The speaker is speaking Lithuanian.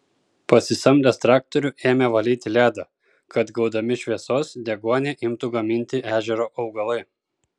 pasisamdęs traktorių ėmė valyti ledą kad gaudami šviesos deguonį imtų gaminti ežero augalai